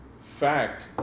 fact